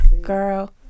Girl